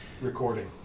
recording